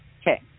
Okay